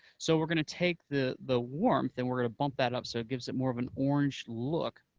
so we're going to take the the warmth, and we're going to bump that up, so it gives it more of an orange look,